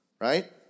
Right